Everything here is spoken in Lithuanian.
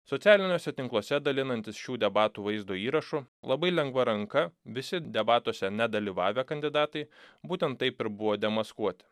socialiniuose tinkluose dalinantis šių debatų vaizdo įrašu labai lengva ranka visi debatuose nedalyvavę kandidatai būtent taip ir buvo demaskuoti